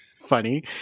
funny